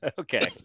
okay